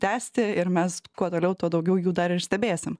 tęsti ir mes kuo toliau tuo daugiau jų dar ir stebėsim